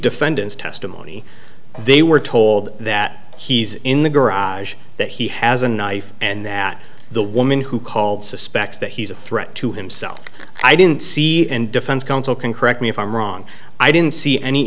defendants testimony they were told that he's in the garage that he has a knife and that the woman who called suspects that he's a threat to himself i didn't see and defense counsel can correct me if i'm wrong i didn't see any